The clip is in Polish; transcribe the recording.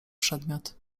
przedmiot